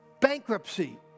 bankruptcy